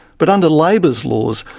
but under labor's laws,